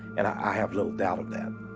and i have little doubt of that.